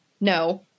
No